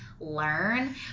Learn